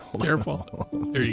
Careful